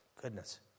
Goodness